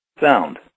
Sound